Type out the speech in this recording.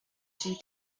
too